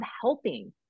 helping